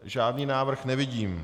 Žádný návrh nevidím.